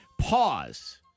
Pause